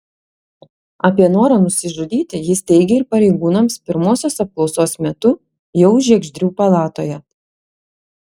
apie norą nusižudyti jis teigė ir pareigūnams pirmosios apklausos metu jau žiegždrių palatoje